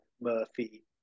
Murphy